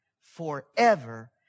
forever